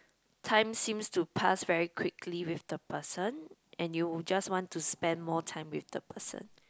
time seems to past very quickly with the person and you will just want to spend more time with the person